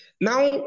Now